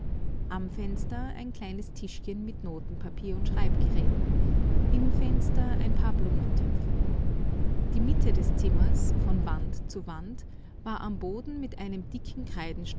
am fenster ein kleines tischchen mit notenpapier und schreibgeräte im fenster ein paar blumentöpfe die mitte des zimmers von wand zu wand war am boden mit einem dicken